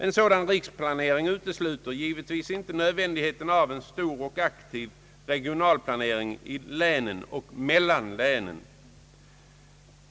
En sådan riksplanering utesluter givetvis inte nödvändigheten av en stor och aktiv regionalplanering i länen och mellan länen.